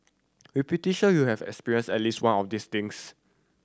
we're pretty sure you have experienced at least one of these things